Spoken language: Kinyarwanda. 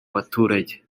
abaturage